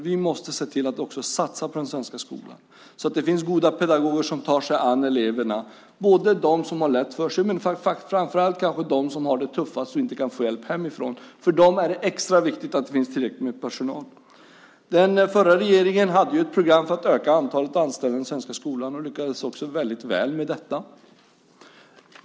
Vi måste se till att satsa på den svenska skolan så att det finns goda pedagoger som tar sig an eleverna, både de som har lätt för sig och, kanske framför allt, de som har det tuffast och inte kan få hjälp hemifrån. För dem är det extra viktigt att det finns tillräckligt med personal. Den förra regeringen hade ju ett program för att öka antalet anställda i den svenska skolan och lyckades också väldigt väl med detta.